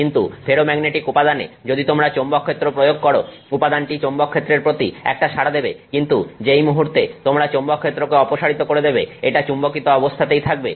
কিন্তু ফেরোম্যাগনেটিক উপাদানে যদি তোমরা চৌম্বকক্ষেত্র প্রয়োগ করো উপাদানটি চৌম্বকক্ষেত্রের প্রতি একটা সাড়া দেবে কিন্তু যেই মুহুর্তে তোমরা চৌম্বকক্ষেত্রকে অপসারিত করে দেবে এটা চুম্বকিত অবস্থাতেই থাকবে